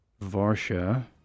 Varsha